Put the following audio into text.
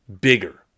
bigger